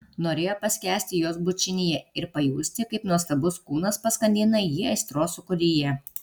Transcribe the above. norėjo paskęsti jos bučinyje ir pajusti kaip nuostabus kūnas paskandina jį aistros sūkuryje